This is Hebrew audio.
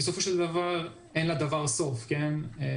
בסדר גמור.